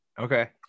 okay